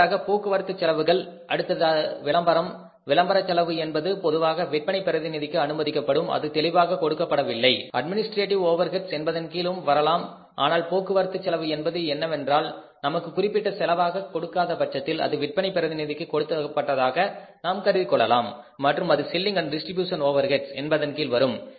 அடுத்ததாக போக்குவரத்துச் செலவுகள் அடுத்தது விளம்பரம் விளம்பரச் செலவு என்பது பொதுவாக விற்பனை பிரதிநிதிக்கு அனுமதிக்கப்படும் அது தெளிவாக கொடுக்கப்படவில்லை அட்மினிஸ்ட்ரேடிவ் ஓவர்ஹெட்ஸ் என்பதன் கீழும் வரலாம் ஆனால் போக்குவரத்துச் செலவு என்பது என்னவென்றால் நமக்கு குறிப்பிட்ட செலவாக கொடுக்காத பட்சத்தில் அது விற்பனை பிரதிநிதிக்கு கொடுக்கப்பட்டதாக நாம் கருதிக் கொள்ளலாம் மற்றும் அது selling and distribution overhead Selling Distribution Overheads என்பதன் கீழ் வரும்